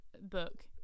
book